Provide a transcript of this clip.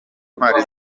ntwari